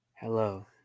Hello